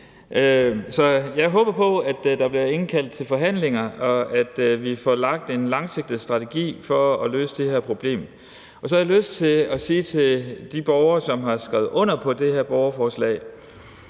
jeg håber på, at der bliver indkaldt til forhandlinger, og at vi får lagt en langsigtet strategi for at løse det her problem. Og så har jeg lyst til at sige til de borgere, som har skrevet under på det her borgerforslag,